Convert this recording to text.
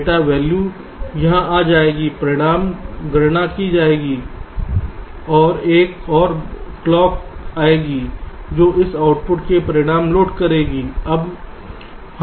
data value यहां आ जाएगी परिणाम गणना की जाएगी और एक और क्लॉक आएगी जो इस आउटपुट में परिणाम लोड करेगी